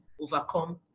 overcome